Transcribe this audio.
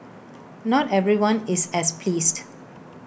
not everyone is as pleased